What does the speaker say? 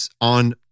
on